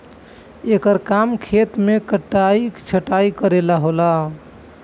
एकर काम खेत मे कटाइ छटाइ करे वाला ह